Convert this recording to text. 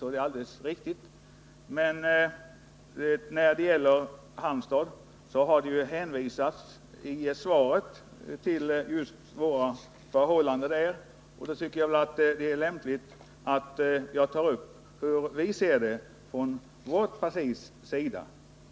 I svaret hänvisades dock just till Halmstad och våra förhållanden, och då tyckte jag det var lämpligt att ta upp hur vi ser det från vårt partis sida.